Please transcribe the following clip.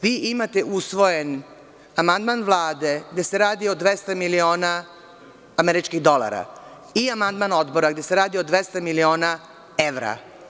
Vi imate usvojen amandman Vlade, gde se radi o 200 miliona američkih dolara i amandman Odbora, gde se radi o 200 miliona evra.